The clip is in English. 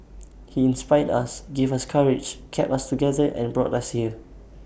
he inspired us gave us courage kept us together and brought us here